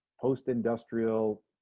post-industrial